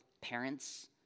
parents